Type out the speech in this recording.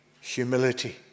humility